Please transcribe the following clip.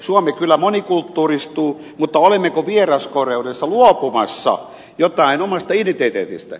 suomi kyllä monikulttuuristuu mutta olemmeko vieraskoreudessamme luopumassa jostain omassa identiteetissämme